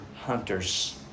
hunters